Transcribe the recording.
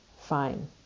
fine